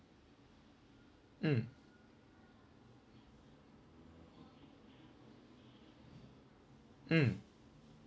mm mm